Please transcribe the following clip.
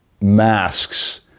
masks